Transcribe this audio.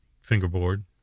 fingerboard